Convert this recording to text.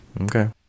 Okay